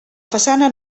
façana